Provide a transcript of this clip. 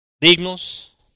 Dignos